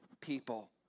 people